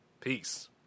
Peace